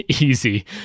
easy